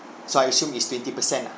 so I assume is twenty percent lah